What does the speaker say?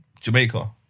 Jamaica